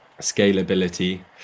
Scalability